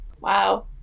wow